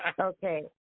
Okay